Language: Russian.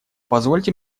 позвольте